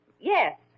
Yes